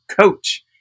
coach